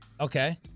Okay